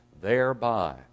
thereby